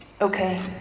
Okay